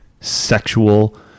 sexual